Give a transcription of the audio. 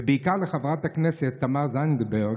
ובעיקר לחברת הכנסת תמר זנדברג,